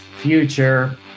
future